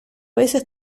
veces